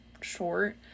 short